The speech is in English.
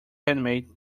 reanimate